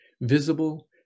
visible